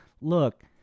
Look